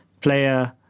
player